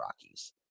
Rockies